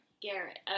Garrett